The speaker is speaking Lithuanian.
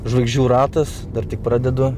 žvaigždžių ratas dar tik pradedu